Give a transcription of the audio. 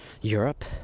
Europe